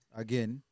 again